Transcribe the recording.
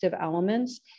elements